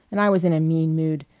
and i was in a mean mood,